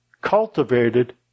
cultivated